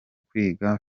kwiga